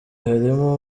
harimo